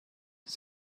and